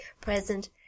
present